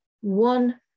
one